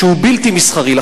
שהוא בלתי מסחרי.